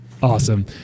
Awesome